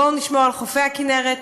בואו נשמור על חופי הכינרת.